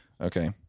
Okay